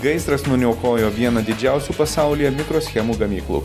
gaisras nuniokojo vieną didžiausių pasaulyje mikroschemų gamyklų